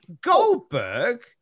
Goldberg